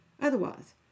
Otherwise